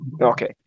Okay